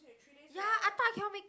ya I thought I cannot make it